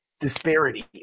disparity